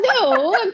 No